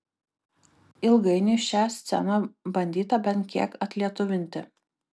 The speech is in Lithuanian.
ilgainiui šią sceną bandyta bent kiek atlietuvinti